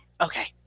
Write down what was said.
Okay